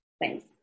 Thanks